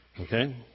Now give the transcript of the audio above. Okay